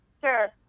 Sure